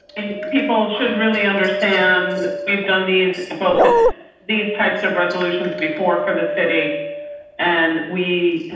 and people should really understand, we've done these both these types of resolutions before for the city and we.